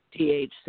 THC